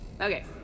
Okay